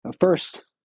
first